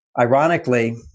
ironically